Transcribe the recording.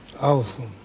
Awesome